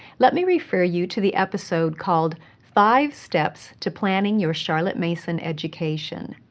let me refer you to the episode called five steps to planning your charlotte mason education.